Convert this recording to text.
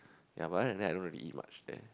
ya but other than that I don't really eat much there